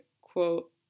quote